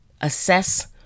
assess